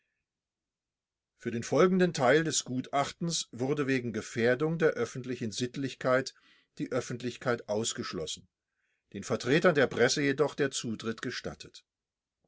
für den folgenden teil des gutachtens wurde wegen gefährdung der öffentlichen sittlichkeit die öffentlichkeit ausgeschlossen den vertretern der presse jedoch der zutritt gestattet